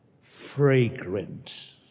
fragrant